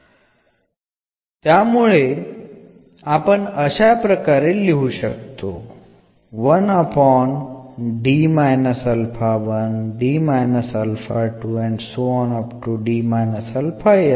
അതിനാൽ നമുക്ക് പർട്ടിക്കുലർ ഇന്റഗ്രൽനെ എന്ന് എഴുതാം